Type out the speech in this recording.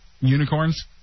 Unicorns